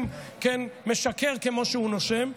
משקר כמו שהוא נושם.